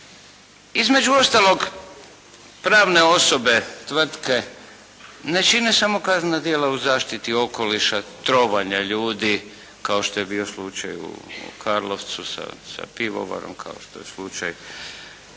Između ostalog pravne osobe tvrtke ne čine samo kaznena djela u zaštiti okoliša trovanja ljudi kao što je bio slučaj u Karlovcu sa pivovarom, kao što je slučaj